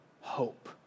hope